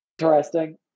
Interesting